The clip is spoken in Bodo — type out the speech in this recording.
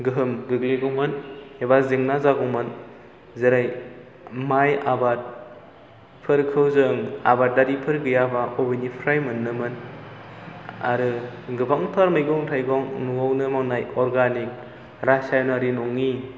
गोहोम गोग्लैगौमोन एबा जेंना जागौमोन जेरै माइ आबादफोरखौ जों आबादारिफोर गैयाबा अबेनिफ्राय मोननोमोन आरो गोबांफोर मैगं थायगं न'आवनो मावनाय अरगानिग रासायनारि नङि